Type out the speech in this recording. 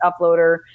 uploader